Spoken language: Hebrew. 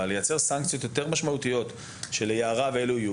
לייצר סנקציות יותר משמעותיות שיהיו ליערה וכולי.